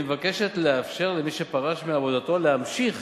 מבקשת לאפשר למי שפרש שמעבודתו להמשיך